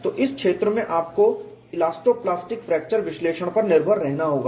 तो इस क्षेत्र में आपको इलास्टो प्लास्टिक फ्रैक्चर विश्लेषण पर निर्भर रहना होगा